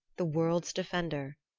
the world's defender,